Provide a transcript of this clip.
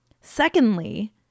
Secondly